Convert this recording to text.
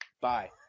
bye